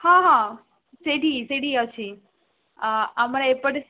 ହଁ ହଁ ସେଇଠି ସେଇଠି ଅଛି ଆମର ଏପଟେ